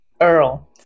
Earl